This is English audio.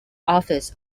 offers